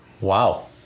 Wow